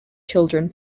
children